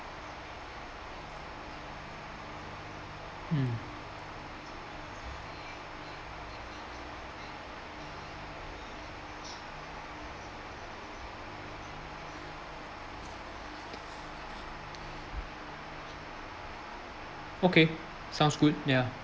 mm okay sounds good ya